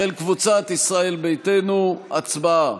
של קבוצת סיעת ישראל ביתנו, הצבעה.